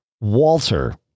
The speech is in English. Walter